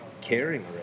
caring